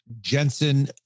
Jensen